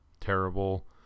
terrible